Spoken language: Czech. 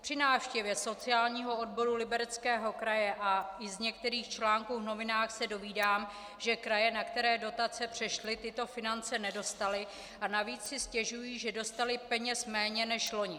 Při návštěvě sociálního odboru Libereckého kraje a i z některých článků v novinách se dovídám, že kraje, na které dotace přešly, tyto finance nedostaly, a navíc si stěžují, že dostaly peněz méně než loni.